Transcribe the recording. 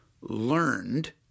learned